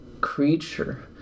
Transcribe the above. creature